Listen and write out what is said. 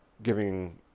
giving